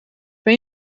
ben